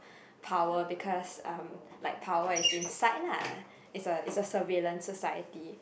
power because um like power is inside lah it's a it's a surveillance society